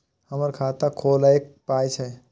हमर खाता खौलैक पाय छै